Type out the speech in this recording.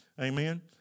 Amen